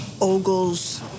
Ogle's